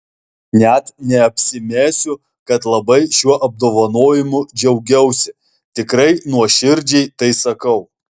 net neapsimesiu kad labai šiuo apdovanojimu džiaugiausi tikrai nuoširdžiai tai sakau